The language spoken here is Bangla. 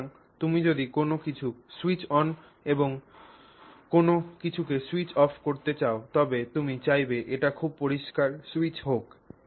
সুতরাং তুমি যদি কোনও কিছু স্যুইচ অন এবং কোনও কিছুকে স্যুইচ অফ করতে চাও তবে তুমি চাইবে এটি খুব পরিষ্কার স্যুইচ হোক